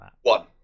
one